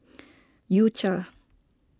U Cha